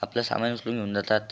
आपलं सामान उचलून घेऊन जातात